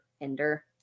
ender